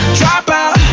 dropout